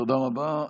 תודה רבה.